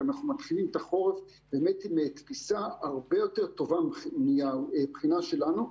אנחנו מתחילים את החורף עם תפיסה הרבה יותר טובה מהבחינה שלנו.